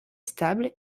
stable